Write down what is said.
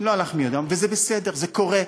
לא הלך מי יודע, וזה בסדר, זה קורה,